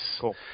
Cool